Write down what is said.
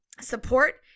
support